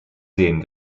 seen